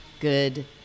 good